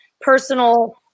personal